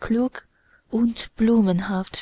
klug und blumenhaft